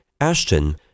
Ashton